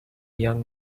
young